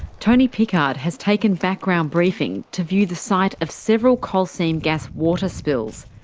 tony pickard has taken background briefing to view the site of several coal seam gas water spills.